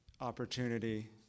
opportunity